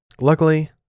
luckily